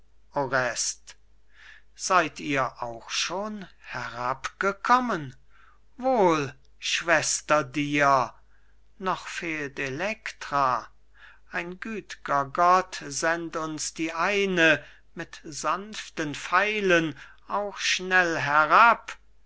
seid ihr auch schon herabgekommen wohl schwester dir noch fehlt elektra ein güt'ger gott send uns die eine mit sanften pfeilen auch schnell herab